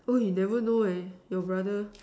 oh you never know eh your brother